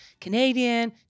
Canadian